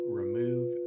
remove